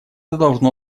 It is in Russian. должно